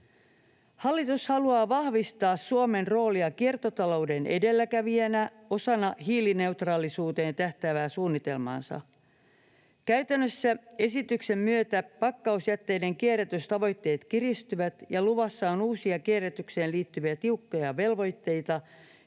Hallitus haluaa vahvistaa Suomen roolia kiertotalouden edelläkävijänä osana hiilineutraalisuuteen tähtäävää suunnitelmaansa. Käytännössä esityksen myötä pakkausjätteiden kierrätystavoitteet kiristyvät ja luvassa on uusia kierrätykseen liittyviä tiukkoja velvoitteita,